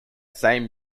same